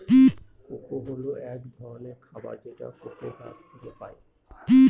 cocoa হল এক ধরনের খাবার যেটা কোকো গাছ থেকে পায়